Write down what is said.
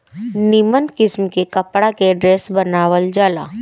निमन किस्म के कपड़ा के ड्रेस बनावल जाला